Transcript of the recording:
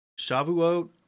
Shavuot